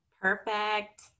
Perfect